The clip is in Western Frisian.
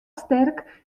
sterk